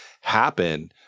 happen